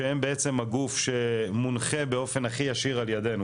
שהם בעצם הגוף שמונחה באופן הכי ישיר על ידנו,